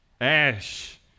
Ash